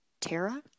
Tara